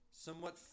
somewhat